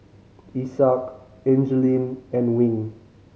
Isaak Angeline and Wing